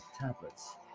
tablets